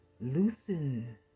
Loosen